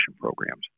programs